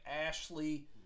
Ashley